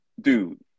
Dude